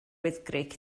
wyddgrug